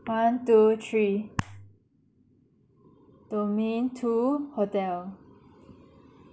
one two three domain two hotel